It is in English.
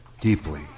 deeply